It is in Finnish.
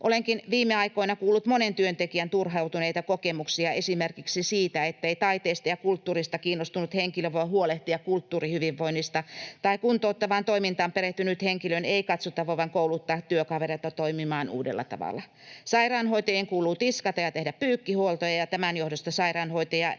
Olenkin viime aikoina kuullut monen työntekijän turhautuneita kokemuksia esimerkiksi siitä, ettei taiteesta ja kulttuurista kiinnostunut henkilö voi huolehtia kulttuurihyvinvoinnista tai kuntouttavaan toimintaan perehtyneen henkilön ei katsota voivan kouluttaa työkavereita toimimaan uudella tavalla. Sairaanhoitajien kuuluu tiskata ja tehdä pyykkihuolto ja tämän johdosta sairaanhoitajalla